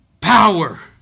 power